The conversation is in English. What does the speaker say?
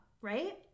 right